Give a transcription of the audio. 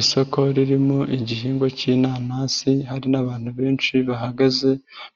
Isoko ririmo igihingwa k'inanasi hari n'abantu benshi bahagaze